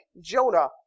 Jonah